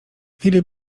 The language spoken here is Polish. filip